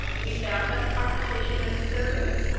we found, by the conversation of the servants,